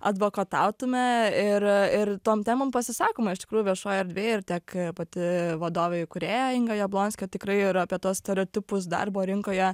advokatautume ir ir tom temom pasisakome iš tikrųjų viešojoj erdvėj ir tiek pati vadovė įkūrėja inga jablonskė tikrai ir apie tuos stereotipus darbo rinkoje